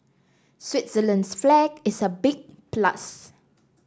Switzerland's flag is a big plus